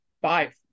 Five